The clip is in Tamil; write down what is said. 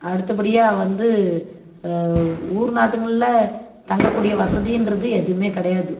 அடுத்தபடியாக வந்து ஊர் நாட்டுங்களில் தங்கக்கூடிய வசதின்றது எதுவுமே கிடையாது